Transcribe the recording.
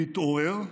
להתעורר,